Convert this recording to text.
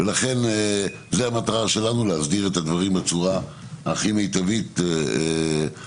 ולכן המטרה שלנו להסדיר את הדברים בצורה הכי מיטבית שאפשר.